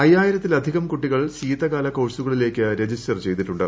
അയ്യായിരത്തിലധികം കുട്ടികൾ ശീതകാല കോഴ്സുകളിലേക്ക് രജിസ്റ്റർ ചെയ്തിട്ടുണ്ട്